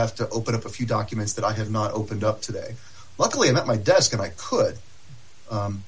have to open up a few documents that i have not opened up today luckily in my desk and i could